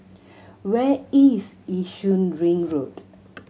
where is Yishun Ring Road